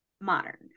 modern